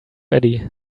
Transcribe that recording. eddie